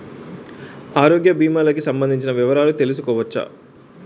ఆరోగ్య భీమాలకి సంబందించిన వివరాలు తెలుసుకోవచ్చా?